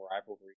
rivalry